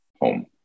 home